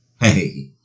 hey